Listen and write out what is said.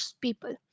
people